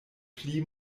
pli